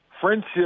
friendship